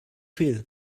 feel